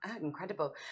incredible